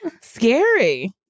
scary